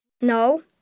No